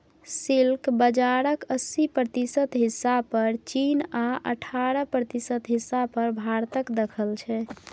silk बजारक अस्सी प्रतिशत हिस्सा पर चीन आ अठारह प्रतिशत हिस्सा पर भारतक दखल छै